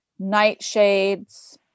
nightshades